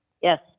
yes